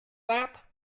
that